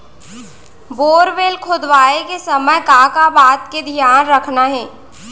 Borewell खोदवाए के समय का का बात के धियान रखना हे?